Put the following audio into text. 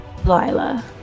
Lila